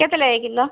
କେତେ ଲେଖାଁ କିଲୋ